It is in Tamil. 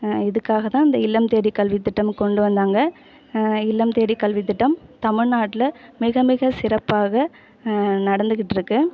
இதுக்காகத்தான் இந்த இல்லம் தேடி கல்வி திட்டம் கொண்டு வந்தாங்க இல்லம் தேடி கல்வி திட்டம் தமிழ்நாட்டில் மிக மிக சிறப்பாக நடந்துகிட்டு இருக்குது